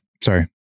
sorry